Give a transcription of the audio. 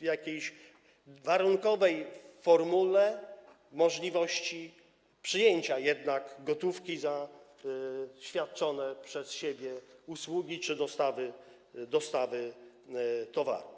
w jakiejś warunkowej formule możliwości przyjęcia jednak gotówki za świadczone przez siebie usługi czy dostawy towarów.